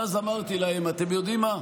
ואז אמרתי להם: אתם יודעים מה?